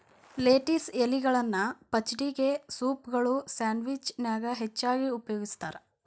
lettuce ಎಲಿಗಳನ್ನ ಪಚಡಿಗೆ, ಸೂಪ್ಗಳು, ಸ್ಯಾಂಡ್ವಿಚ್ ನ್ಯಾಗ ಹೆಚ್ಚಾಗಿ ಉಪಯೋಗಸ್ತಾರ